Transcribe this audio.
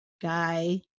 guy